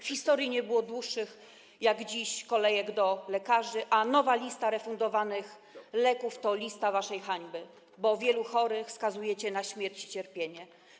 W historii nie było dłuższych niż dziś kolejek do lekarzy, a nowa lista leków refundowanych to lista waszej hańby, bo wielu chorych skazujecie na śmierć i cierpienie.